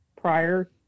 prior